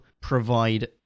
provide